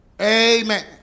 Amen